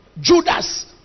Judas